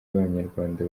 b’abanyarwanda